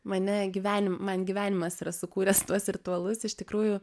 mane gyvenim man gyvenimas yra sukūręs tuos ritualus iš tikrųjų